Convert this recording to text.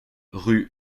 rue